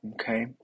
okay